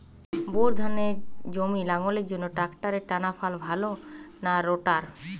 Bore ধানের জমি লাঙ্গলের জন্য ট্রাকটারের টানাফাল ভালো না রোটার?